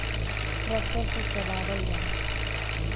tractor से चलावल जाला